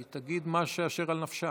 היא תגיד מה שאשר על נפשה.